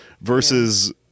versus